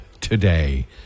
today